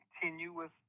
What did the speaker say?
continuous